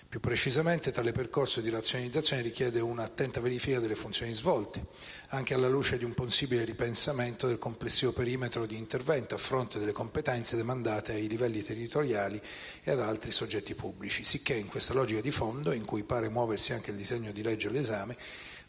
Più precisamente, «tale percorso di razionalizzazione richiede una attenta verifica delle funzioni svolte, anche alla luce di un possibile ripensamento del complessivo perimetro di intervento, a fronte delle competenze demandate ai livelli territoriali e ad altri soggetti pubblici». Sicché, «in questa logica di fondo, in cui pare muoversi anche il disegno di legge all'esame,